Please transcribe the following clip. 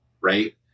right